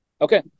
okay